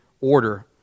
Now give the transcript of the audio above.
order